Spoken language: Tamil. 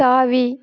தாவி